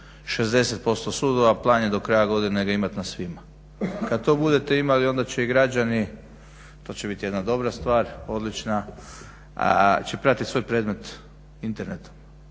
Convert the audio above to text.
60% sudova. Plan je do kraja godine imat ga na svima. Kad to budete imali onda će i građani to će biti jedna dobra stvar, odlična će predati svoj predmet internetom.